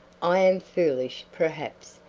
i am foolish, perhaps,